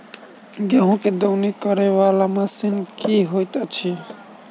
गेंहूँ केँ दौनी करै वला मशीन केँ होइत अछि?